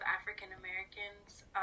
African-Americans